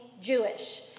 Jewish